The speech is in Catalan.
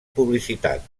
publicitat